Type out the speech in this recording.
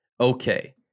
Okay